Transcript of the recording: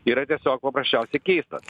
yra tiesiog paprasčiausiai keistas